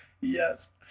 Yes